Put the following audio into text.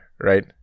right